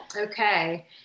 Okay